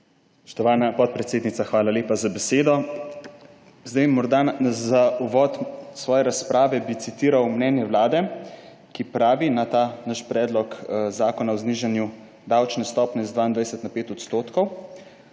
Spoštovana podpredsednica, hvala lepa za besedo. Morda bi za uvod svoje razprave citiral mnenje Vlade, ki pravi na ta naš predlog zakona o znižanju davčne stopnje z 22 % na 5